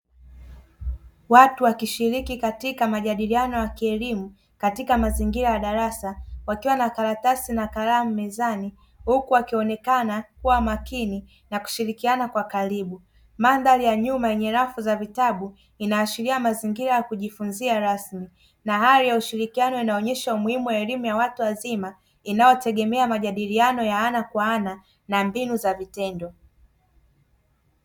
Watu wakishiriki katika majadiliano ya kielimu katika mazingira ya darasa wakiwa na karatasi na kalamu mezani huku wakionekana kuwa makini na kushirikiana kwa karibu. Mandhari ya nyuma yenye rafu ya vitabui inaashiria mazingira ya kujifunzia rasmi na hali ya ushirikiano inaonyesha umuhimu wa elimu ya watu wazima inayotegemea majadiliano ya ana kwa ana na mbinu za vitendo.